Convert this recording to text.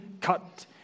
cut